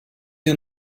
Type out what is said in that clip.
you